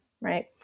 right